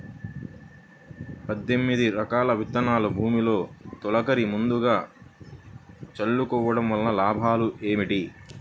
పద్దెనిమిది రకాల విత్తనాలు భూమిలో తొలకరి ముందుగా చల్లుకోవటం వలన లాభాలు ఏమిటి?